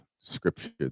scripture